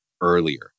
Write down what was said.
earlier